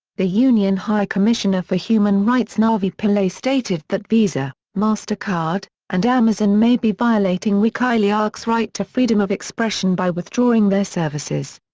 the un high commissioner for human rights navi pillay stated that visa, mastercard, and amazon may be violating wikileaks' right to freedom of expression by withdrawing their services.